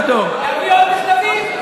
להביא עוד מכתבים?